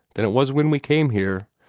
than it was when we came here.